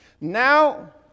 Now